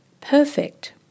perfect